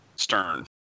Stern